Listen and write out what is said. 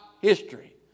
history